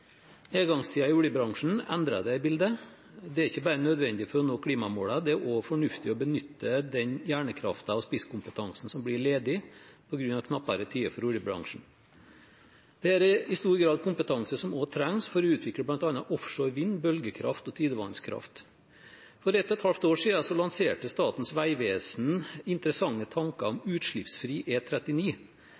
i oljebransjen endret det bildet. Det er ikke bare nødvendig for å nå klimamålene, det er også fornuftig å benytte den hjernekraften og spisskompetansen som blir ledig på grunn av knappere tider for oljebransjen. Dette er i stor grad kompetanse som også trengs for å utvikle bl.a. offshore vind, bølgekraft og tidevannskraft. For et og et halvt års tid siden lanserte Statens vegvesen interessante tanker om utslippsfri